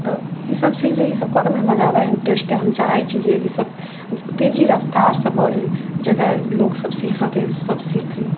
तऽ ई सब छै जे ई सब करऽमे हमरा जादा इंटरेस्ट अछि हम चाहैत छी जे ई सब तेजी रफ्तारसँ बढ़ै जेकरा लोक सब सीखऽके सब सीखै